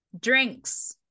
Drinks